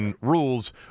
rules